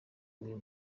uyu